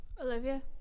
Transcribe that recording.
Olivia